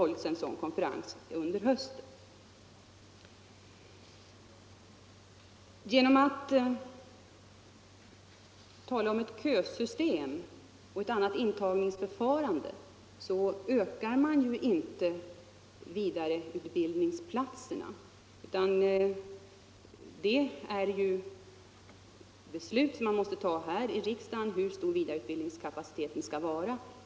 Genom att tala om ett kösystem och ett annat intagningsförfarande ökar man emellertid inte antalet vidareutbildningsplatser. Riksdagen måste ju besluta hur stor vidareutbildningskapaciteten skall vara.